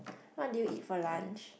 what did you eat for lunch